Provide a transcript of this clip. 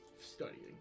Studying